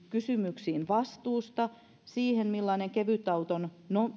kysymyksiin vastuusta siihen millainen kevytauton